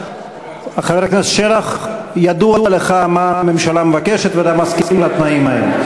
חבר הכנסת שלח: ידוע לך מה הממשלה מבקשת ואתה מסכים לתנאים האלה.